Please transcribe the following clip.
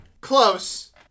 Close